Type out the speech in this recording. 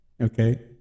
Okay